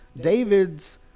David's